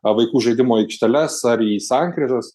vaikų žaidimų aikšteles ar į sankryžas